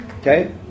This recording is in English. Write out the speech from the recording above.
Okay